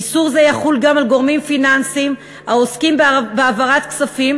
איסור זה יחול גם על גורמים פיננסיים העוסקים בהעברת כספים,